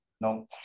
No